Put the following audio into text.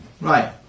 Right